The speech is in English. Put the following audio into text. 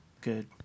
Good